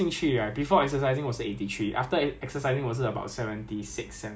ya that's twelve K_G so from the my peak to my